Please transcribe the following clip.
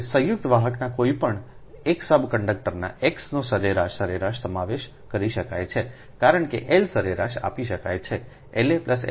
હવે સંયુક્ત વાહકના કોઈપણ એક સબ કંડક્ટરના X નો સરેરાશ સરેરાશ સમાવેશ કરી શકાય છે કારણ કે L સરેરાશ આપી શકાય છે La Lb